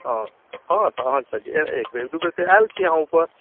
हँ हँ तऽ एक बेर दू बेर तऽ अहाँ आएल छी ऊपर